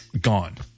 Gone